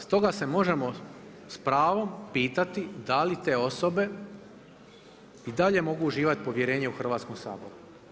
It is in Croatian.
Stoga se možemo s pravom pitati da li te osobe i dalje mogu uživati povjerenje u Hrvatskom saboru?